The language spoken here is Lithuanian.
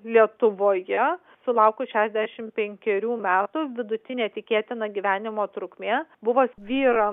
lietuvoje sulaukus šešiasdešimt penkerių metų vidutinė tikėtina gyvenimo trukmė buvo vyrams